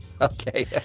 Okay